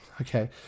okay